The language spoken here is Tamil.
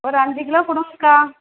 ஒரு அஞ்சு கிலோ கொடுங்க்கா